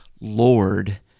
Lord